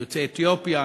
יוצא אתיופיה.